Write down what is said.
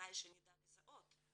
בתנאי שנדע לזהות.